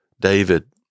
David